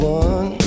one